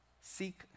seek